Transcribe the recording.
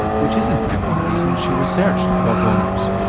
which is, in fact, one reason she researched dog owners.